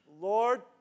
Lord